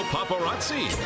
Paparazzi